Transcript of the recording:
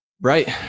Right